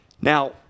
Now